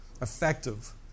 effective